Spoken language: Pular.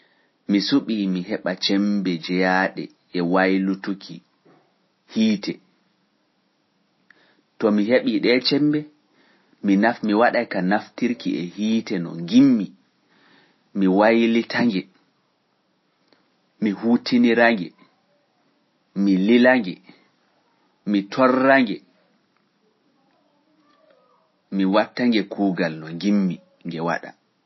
Mi suɓii mi heɓa ceembe jeyaaɗe e waylutuki hiite. To mi heɓii ɗee ceembe, mi waɗa ka naftirki e hiite no ngimmi, mi waylita nge, mi huutinira nge, mi lila nge, mi torra nge, mi watta nge kuugal no ngimmi nge waɗa.